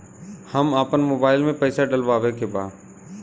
हम आपन मोबाइल में पैसा डलवावे के बा?